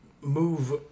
move